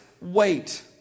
wait